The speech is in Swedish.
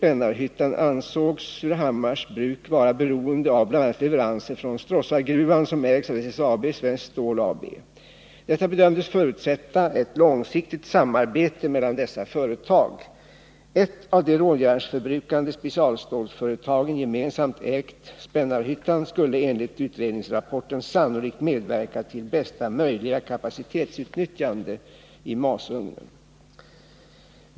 Ett av de Om sysselsättningråjärnsförbrukande specialstålsföretagen gemensamt ägt Spännarhyttan en vid Surahamskulle enligt utredningsrapporten sannolikt medverka till bästa möjliga — mars Bruks AB:s kapacitetsutnyttjande i masugnen.